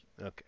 Okay